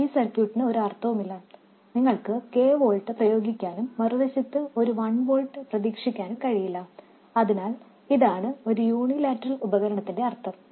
ഈ സർക്യൂട്ടിന് ഒരു അർത്ഥമില്ല നിങ്ങൾക്ക് k വോൾട്ട് പ്രയോഗിക്കാനും മറുവശത്ത് ഒരു വൺ വോൾട്ട് പ്രതീക്ഷിക്കാനും കഴിയില്ല അതിനാൽ ഇതാണ് ഒരു യൂണിലാറ്ററൽ ഉപകരണത്തിന്റെ അർത്ഥം